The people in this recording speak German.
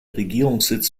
regierungssitz